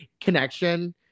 connection